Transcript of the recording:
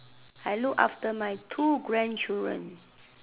I look after my two grandchildren